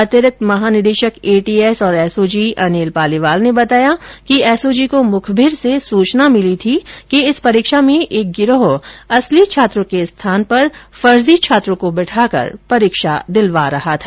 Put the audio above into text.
अतिरिक्त महानिदेशक एटीएस और एसओजी अनिल पालीवाल ने बताया कि एसओजी को मुखबिर से सूचना मिली कि इस परीक्षा में एक गिरोह असली छात्रों के स्थान पर फर्जी छात्रों को बैठाकर परीक्षा दिलवा रहा है